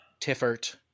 Tiffert